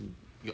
ya